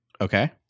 Okay